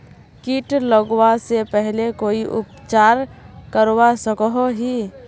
किट लगवा से पहले कोई उपचार करवा सकोहो ही?